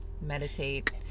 meditate